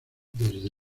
desde